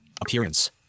Appearance